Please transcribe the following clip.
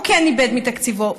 הוא כן איבד מתקציבו.